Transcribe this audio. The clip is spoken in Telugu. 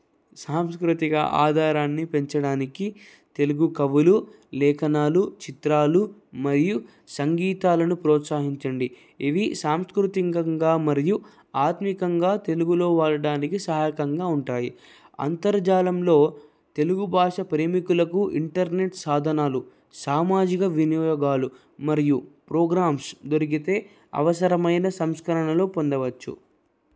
సాంస్కృతిక ఆధారాన్ని పెంచడానికి తెలుగు కవులు లేఖనాలు చిత్రాలు మరియు సంగీతాలను ప్రోత్సహించండి ఇవి సాంస్కృతికంగా మరియు ఆద్మికంగా తెలుగులో వాడడానికి సహకంగా ఉంటాయి అంతర్జాలంలో తెలుగు భాష ప్రేమికులకు ఇంటర్నెట్ సాధనాలు సామాజిక వినియోగాలు మరియు ప్రోగ్రామ్స్ దొరికితే అవసరమైన సంస్కరణలు పొందవచ్చు